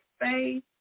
faith